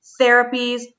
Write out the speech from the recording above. therapies